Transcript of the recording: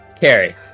Carrie